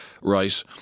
right